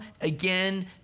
again